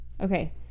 Okay